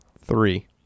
Three